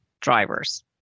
drivers